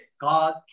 God